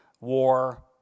war